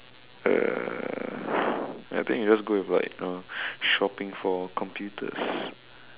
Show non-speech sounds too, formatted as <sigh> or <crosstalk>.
uh <breath> I think you just go with like uh shopping for computers <breath>